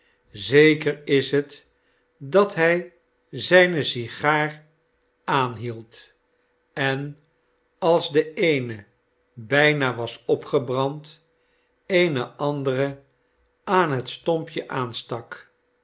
zeker is het dat hij zijne sigaar aanhield en als de eene bijna was opgebrand eene andere aan het stompje aanstak